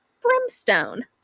brimstone